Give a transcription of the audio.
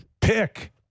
Pick